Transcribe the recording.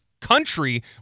country